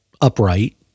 upright